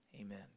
amen